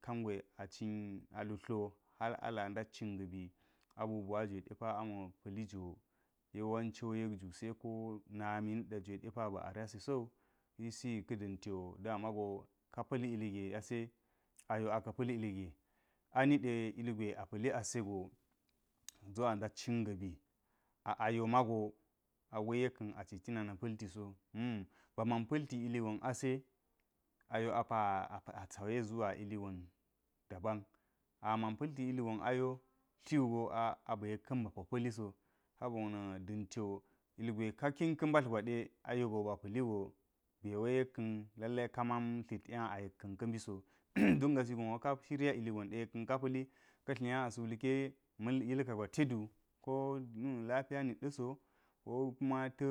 Kangwe acin, alutlo hal a la ndat cin ga̱ bi abubuwa jwe depa ama pa̱li go yawanei wo yekgo seko nami niɗa depa ba̱ araɛe ɛowu, ka da̱nti wo damago kapa̱l ilige ase ayo aka̱ pa̱l illige anide ilgwe a pa̱li ase go zuwa ndat cin ga̱ bi ayo mago awai yek ka̱n baci cina na pa̱lti so ba man pa̱lti iligon ase ayo apa asauye suwa iligon dabam aman pa̱lti iligon ayo tliwugo a’a ba̱ yek ka̱n bapo pa̱liso, sabo na̱ da̱nti wo ilgwe ka kin ka mbatl gwaɗe ayo ba pa̱li go be wni yek kam la ka̱n ke man tlitnya so ka̱ mbiso don gasi gon wo ka shirya ilgon wo yek kan ke pa̱li ka̱ tlinya asa̱ wulke yuka gwa tedu tho lepiya nidɗa so ko kume ta̱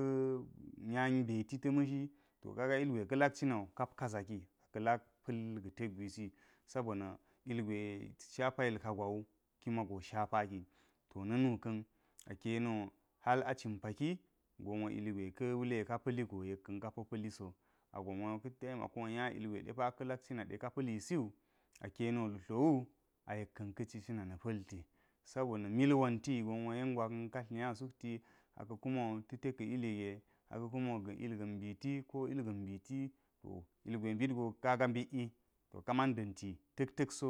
nya mbeti ta̱ mbishi to kaga ilgwe ka lak ci nawu ka zaki a ka̱ lak pa̱l ga̱ tek gwisi sobo na̱ ilgwe shapa yilka gwawo kime go shapaki to na̱nu ka̱n aka̱ yeniwo hel a cin paki gon wo ilgwe ka̱ wule ka paligo kapo pa̱li so agonwo ka taimako nya ilgwe ka pa̱li siwu a ka̱ yeno lutlowu a yek ka̱n ka̱ ci cina na pa̱lti sobo na̱ mil gonwo yengwa kan ka tlinya ilga̱n mbiti ko ilga̱n mbiti ilgwe mbitgo to kaga mbit go mbit yi to ka man da̱nti ta̱k takaso.